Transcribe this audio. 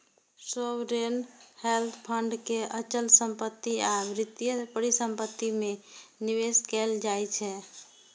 sovereign wealth fund के अचल संपत्ति आ वित्तीय परिसंपत्ति मे निवेश कैल जाइ छै